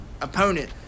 opponent